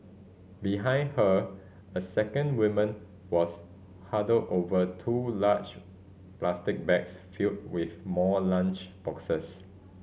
behind her a second woman was huddled over two large plastic bags filled with more lunch boxes